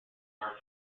are